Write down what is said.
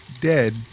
dead